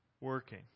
working